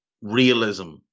realism